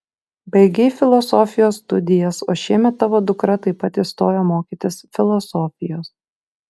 baigei filosofijos studijas o šiemet tavo dukra taip pat įstojo mokytis filosofijos